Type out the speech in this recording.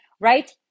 right